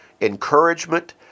encouragement